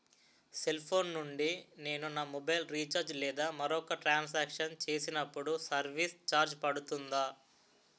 Cell phone నుండి నేను నా మొబైల్ రీఛార్జ్ లేదా మరొక ట్రాన్ సాంక్షన్ చేసినప్పుడు సర్విస్ ఛార్జ్ పడుతుందా?